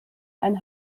ein